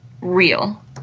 real